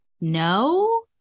no